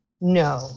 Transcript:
No